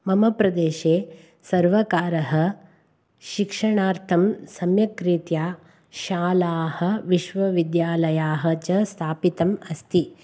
मम प्रदेशे सर्वकारः शिक्षणार्थं सम्यक् रीत्या शालाः विश्वविद्यालयाः च स्थापितम् अस्ति